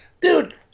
dude